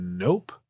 Nope